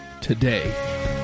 today